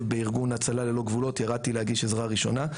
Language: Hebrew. בארגון הצלה ללא גבולות ירדתי להגיש עזרה ראשונה.